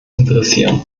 interessieren